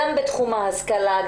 גם בתחום ההשכלה,